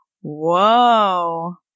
Whoa